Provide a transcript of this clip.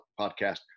podcast